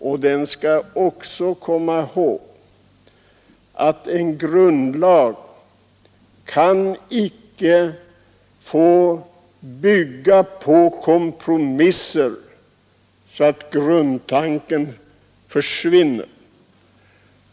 Vi skall komma ihåg att en grundlag inte kan få bygga på kompromisser så att dess grundtanke försvinner.